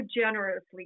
generously